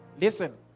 Listen